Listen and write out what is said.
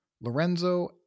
Lorenzo